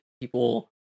people